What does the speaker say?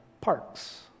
parks